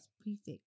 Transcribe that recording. Prefix